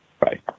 Bye